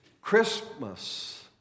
Christmas